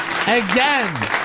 again